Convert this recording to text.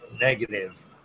negative